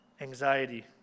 anxiety